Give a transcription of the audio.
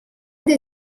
dei